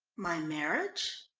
my marriage?